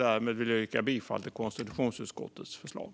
Därmed vill jag yrka bifall till konstitutionsutskottets förslag.